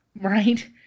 Right